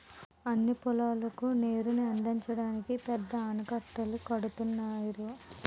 అన్ని పొలాలకు నీరుని అందించడానికి పెద్ద ఆనకట్టలు కడుతున్నారు